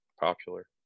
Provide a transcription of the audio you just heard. popular